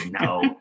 no